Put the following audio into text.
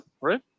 right